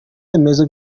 remezo